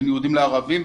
בין יהודים לערבים,